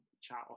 chat